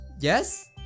Yes